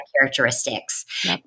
characteristics